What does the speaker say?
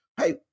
Hey